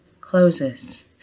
closes